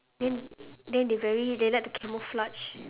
then then they very they like to camouflage